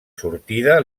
sortida